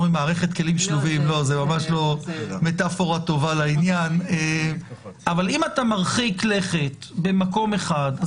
לא מטאפורה טובה לעניין אבל אם אתה מרחיק לכת במקום אחד,